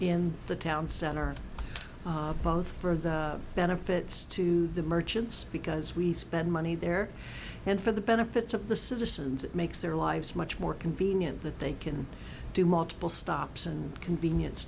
in the town center both for the benefits to the merchants because we spend money there and for the benefits of the citizens it makes their lives much more convenient that they can do multiple stops and convenience